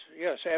Yes